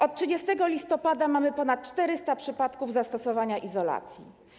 Od 30 listopada mamy ponad 400 przypadków zastosowania izolacji.